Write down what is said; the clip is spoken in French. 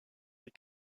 des